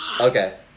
Okay